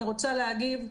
אני רוצה להגיב.